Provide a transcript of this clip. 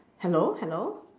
hello hello